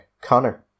Connor